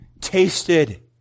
tasted